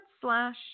slash